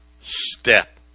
step